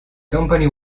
company